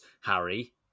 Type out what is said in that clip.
Harry